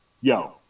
yo